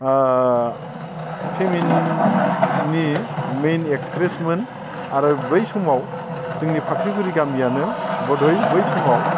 फेमिननि main एक्ट्रिसमोन आरो बै समाव जोंनि फाख्रिगुरि गामियानो बदुइन बै समाव